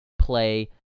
play